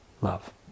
love